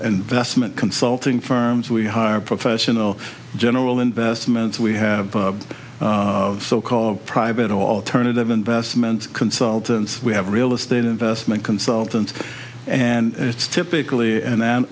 and vestment consulting firms we hire professional general investment we have so called private alternative investment consultants we have real estate investment consultants and it's typically in an